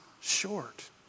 short